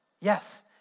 Yes